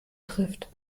trifft